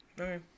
Okay